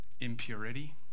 impurity